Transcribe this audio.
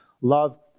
Love